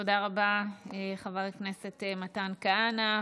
תודה רבה, חבר הכנסת מתן כהנא.